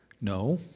No